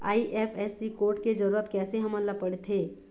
IFSC code के जरूरत कैसे हमन ला पड़थे?